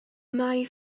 mae